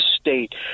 state